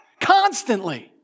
constantly